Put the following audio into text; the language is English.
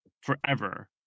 forever